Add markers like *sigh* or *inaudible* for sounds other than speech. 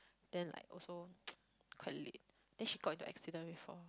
then like also *noise* quite late then she got into accident before